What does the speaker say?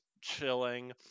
chilling